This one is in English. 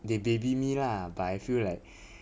they baby me lah but I feel like